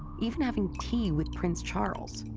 even having tea with prince charles.